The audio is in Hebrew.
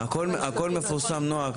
הכול מפורסם, נעה,